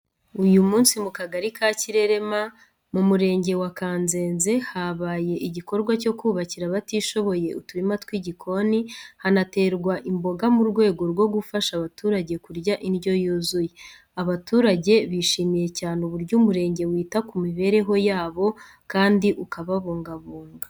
Uyu munsi mu Kagari ka Kirerema mu Murenge wa Kanzenze, habaye igikorwa cyo kubakira abatishoboye uturima tw’igikoni, hanaterwa imboga mu rwego rwo gufasha abaturage kurya indyo yuzuye. Abaturage bishimiye cyane uburyo umurenge wita ku mibereho yabo kandi ukababungabunga.